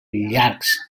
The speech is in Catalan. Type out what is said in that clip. llargs